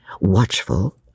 watchful